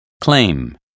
claim